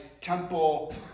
temple